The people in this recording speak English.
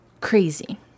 Crazy